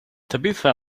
tabitha